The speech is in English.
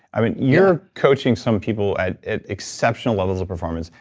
um and you're coaching some people at at exceptional levels of performance,